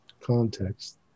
context